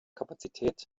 kapazität